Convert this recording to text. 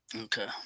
Okay